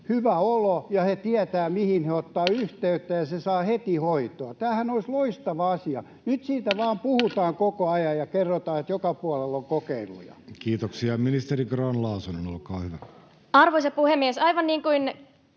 hyvä olo ja he tietävät, mihin he ottavat yhteyttä, ja he saavat heti hoitoa. Tämähän olisi loistava asia. Nyt siitä vain puhutaan koko ajan ja kerrotaan, että joka puolella on kokeiluja. Kiitoksia. — Ministeri Grahn-Laasonen, olkaa hyvä. Arvoisa puhemies! Aivan niin kuin